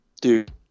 Dude